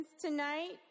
tonight